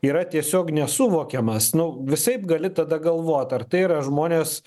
yra tiesiog nesuvokiamas nu visaip gali tada galvot ar tai yra žmonės